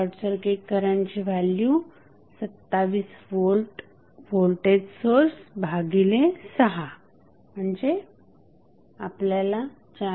short circuit करंटची value 27 volt voltage source भागिले 6 म्हणजे आपल्याला 4